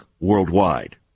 worldwide